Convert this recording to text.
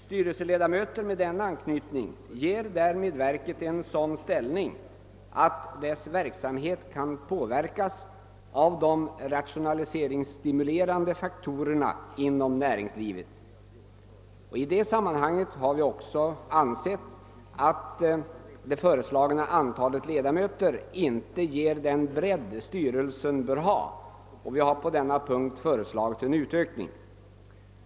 Styrelseledamöter med denna anknytning ger därmed verket en sådan ställning att dess arbete kan påverkas av de rationaliseringsstimulerande = faktorerna inom näringslivet. I det sammanhanget har vi också ansett att det föreslagna antalet ledamöter inte ger den bredd styrelsen bör ha, och vi har på denna punkt föreslagit en utökning.